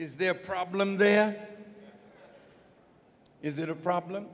is there a problem there is it a problem